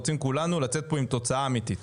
כולנו רוצים לצאת מפה עם תוצאה אמתית.